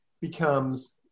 becomes